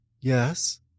Yes